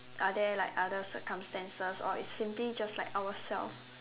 are there like other circumstances or it's simply just like ourselves